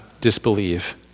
disbelieve